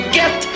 get